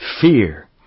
fear